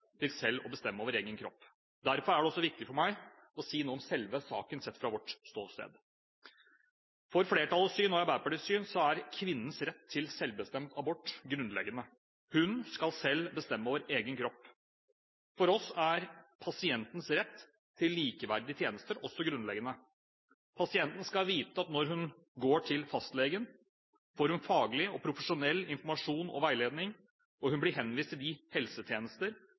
til selv å bestemme over egen kropp. Derfor er det også viktig for meg å si noe om selve saken, sett fra vårt ståsted. Etter flertallets og Arbeiderpartiets syn er kvinnens rett til selvbestemt abort grunnleggende. Hun skal selv bestemme over egen kropp. For oss er pasientens rett til likeverdige tjenester også grunnleggende. Pasienten skal vite at når hun går til fastlegen, får hun faglig og profesjonell informasjon og veiledning, og hun blir henvist til de helsetjenester